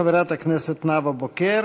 חברת הכנסת נאוה בוקר,